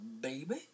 baby